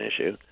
issue